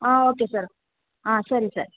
ಹಾಂ okay sir ಹಾಂ ಸರಿ ಸರ್